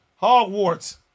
Hogwarts